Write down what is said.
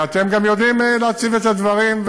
ואתם גם יודעים להציף את הדברים,